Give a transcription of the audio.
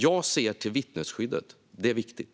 Jag ser till vittnesskyddet. Det är viktigt.